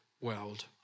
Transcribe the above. world